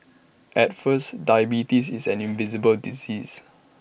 at first diabetes is an invisible disease